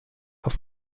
auf